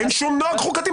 אין שום נוהג חוקתי.